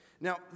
Now